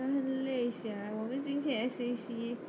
很累 sia 我们今天 S_A_C